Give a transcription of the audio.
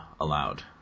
allowed